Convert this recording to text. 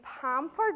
pampered